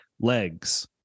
legs